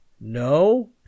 No